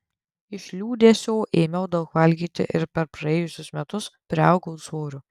iš liūdesio ėmiau daug valgyti ir per praėjusius metus priaugau svorio